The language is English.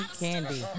candy